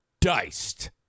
diced